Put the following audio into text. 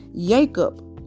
Jacob